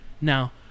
now